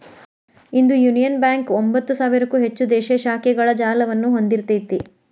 ಇಂದು union bank ಒಂಭತ್ತು ಸಾವಿರಕ್ಕೂ ಹೆಚ್ಚು ದೇಶೇ ಶಾಖೆಗಳ ಜಾಲವನ್ನ ಹೊಂದಿಇರ್ತೆತಿ